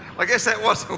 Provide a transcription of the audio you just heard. i guess that was